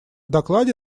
докладе